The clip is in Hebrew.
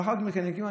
לאחר מכן הגיעו.